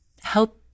help